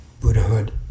Buddhahood